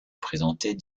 présentait